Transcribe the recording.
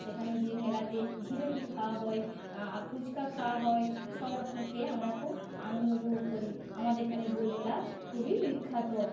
সেখানে যেয়ে মেলাতে জিলিপি খাওয়া হয় ফুচকা খাওয়া হয় সব রকম খেয়ে আমরা খুব আনন্দ উপভোগ করি আমাদের এখানে বইমেলা খুবই বিখ্যাত